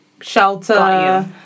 Shelter